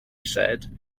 said